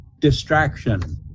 distraction